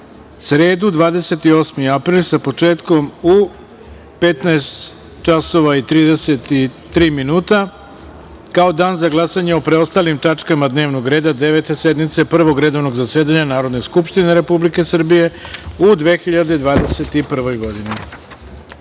sredu, 28. april, sa početkom u 15.33 časova, kao dan za glasanje o preostalim tačkama dnevnog reda Devete sednice Prvog redovnog zasedanja Narodne skupštine Republike Srbije u 2021.